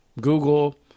Google